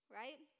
right